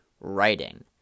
writing